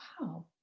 wow